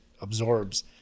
absorbs